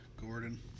Gordon